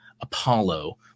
Apollo